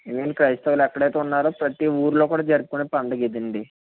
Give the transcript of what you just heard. క్రైస్తవులు ఎక్కడైతే ఉన్నారు ప్రతి ఊరిలో కూడా జరుపుకొని పండుగ ఇదండి